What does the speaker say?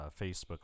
Facebook